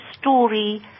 story